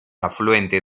afluente